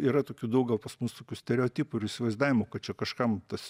yra tokių daug gal pas mus tokių stereotipų ir įsivaizdavimų kad čia kažkam tas